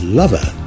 lover